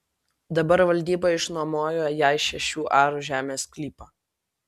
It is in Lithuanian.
dabar valdyba išnuomojo jai šešių arų žemės sklypą